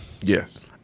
Yes